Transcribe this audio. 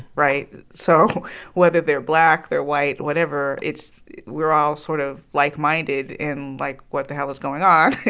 right? so whether they're black, they're white, whatever, it's we're all sort of like-minded in, like, what the hell is going on?